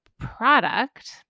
Product